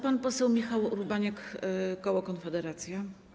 Pan poseł Michał Urbaniak, koło Konfederacja.